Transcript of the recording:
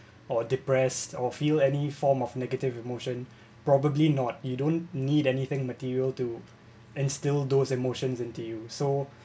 or depressed or feel any form of negative emotion probably not you don't need anything material to instill those emotions into you